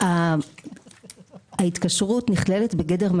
עבור מיזם להגדלת יכולת